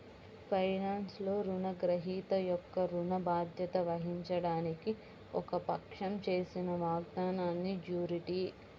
ఫైనాన్స్లో, రుణగ్రహీత యొక్క ఋణ బాధ్యత వహించడానికి ఒక పక్షం చేసిన వాగ్దానాన్నిజ్యూరిటీ